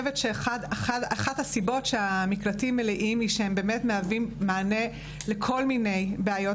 אחת הסיבות שהמקלטים מלאים כי הם מהווים מענה לכל מיני בעיות